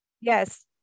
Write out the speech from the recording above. Yes